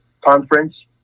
conference